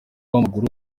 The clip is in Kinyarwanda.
wamaguru